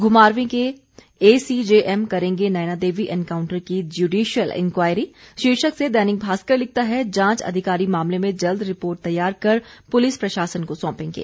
घुमारवीं के एसीजेएम करेंगे नयनादेवी एनकाउंटर की ज्यूडिशियल इंक्वायरी शीर्षक से दैनिक भास्कर लिखता है जांच अधिकारी मामले में जल्द रिपोर्ट तैयार कर पुलिस प्रशासन को सौंपेंगे